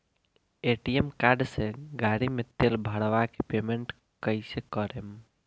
ATM card से गाड़ी मे तेल भरवा के पेमेंट कैसे करेम?